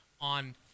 on